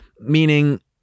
meaning